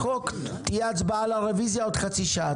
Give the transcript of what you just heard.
תהיה הצבעה על הרביזיה עוד חצי שעה.